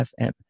FM